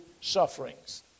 sufferings